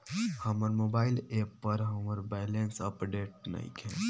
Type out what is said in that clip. हमर mobile app पर हमर बैलेंस अपडेट नइखे